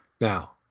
Now